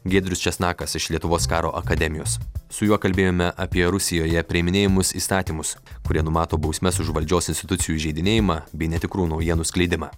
giedrius česnakas iš lietuvos karo akademijos su juo kalbėjome apie rusijoje priiminėjamus įstatymus kurie numato bausmes už valdžios institucijų įžeidinėjimą bei netikrų naujienų skleidimą